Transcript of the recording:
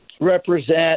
represent